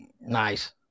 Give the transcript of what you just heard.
Nice